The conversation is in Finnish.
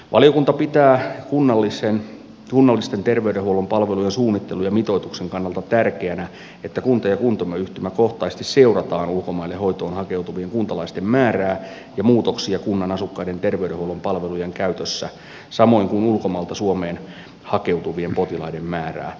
valiokunta pitää kunnallisten terveydenhuollon palvelujen suunnittelun ja mitoituksen kannalta tärkeänä että kunta ja kuntayhtymäkohtaisesti seurataan ulkomaille hoitoon hakeutuvien kuntalaisten määrää ja muutoksia kunnan asukkaiden terveydenhuollon palvelujen käytössä samoin kuin ulkomailta suomeen hakeutuvien potilaiden määrää